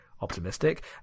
optimistic